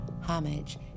homage